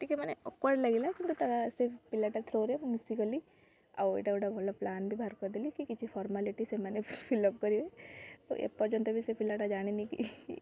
ଟିକେ ମାନେ ଅକ୍ୱାର୍ଡ଼ ଲାଗିଲା କିନ୍ତୁ ସେ ପିଲାଟା ଥ୍ରୋରେ ମୁଁ ମିଶିଗଲି ଆଉ ଏଇଟା ଗୋଟେ ଭଲ ପ୍ଲାନ୍ ବି ବାହାର କରିଦେଲି କି କିଛି ଫର୍ମାଲିଟି ସେମାନେ ଫିଲ୍ଅପ୍ କରିବେ ଏ ପର୍ଯ୍ୟନ୍ତ ବି ସେ ପିଲାଟା ଜାଣିନି କି